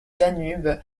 danube